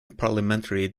parliamentary